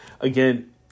Again